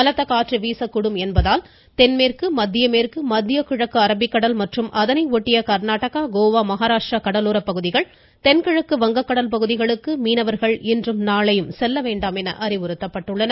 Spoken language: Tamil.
பலத்த காற்று வீசக்கூடும் என்பதால் தென்மேற்கு மத்திய மேற்கு மத்திய கிழக்கு அரபிக்கடல் மற்றும் அதனை ஒட்டிய கர்நாடகா கோவா மஹாராஷ்டிரா கடலோரப் பகுதிகள் தென்கிழக்கு வங்கக்கடல் பகுதிகளுக்கு மீனவர்கள் இன்றும் நாளையும் செல்ல வேண்டாம் என்று அறிவுறுத்தப்படுகிறார்கள்